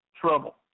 trouble